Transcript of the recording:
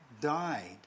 died